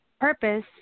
purpose